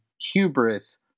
hubris